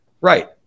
Right